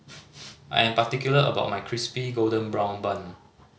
I am particular about my Crispy Golden Brown Bun